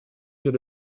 that